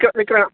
कः एकः